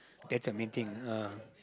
that's the main thing ah